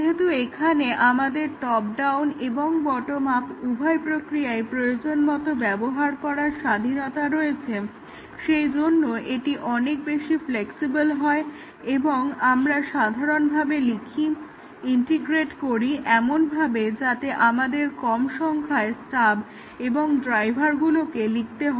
যেহেতু এখানে আমাদের টপ ডাউন এবং বটম আপ উভয় প্রক্রিয়াই প্রয়োজনমতো ব্যবহার করার স্বাধীনতা রয়েছে সেই জন্য এটি অনেক বেশি ফ্লেক্সিবল হয় এবং আমরা সাধারণভাবে লিখি ইন্টিগ্রেট করি এমনভাবে যাতে আমাদের কম সংখ্যায় স্টাব এবং ড্রাইভারগুলোকে লিখতে হয়